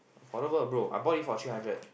affordable bro I bought it for three hundred